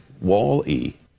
Wall-E